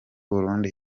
burundi